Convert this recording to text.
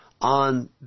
on